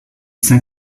saint